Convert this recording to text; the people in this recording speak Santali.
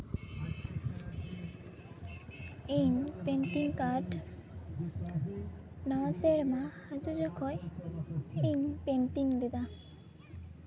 ᱤᱧ ᱯᱮᱱᱴᱤᱝ ᱠᱟᱨᱰ ᱱᱟᱣᱟ ᱥᱮᱨᱢᱟ ᱦᱟ ᱡᱩᱜ ᱡᱚᱠᱷᱚᱡ ᱤᱧ ᱯᱮᱱᱴᱤᱝ ᱞᱮᱫᱟ